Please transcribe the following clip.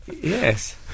Yes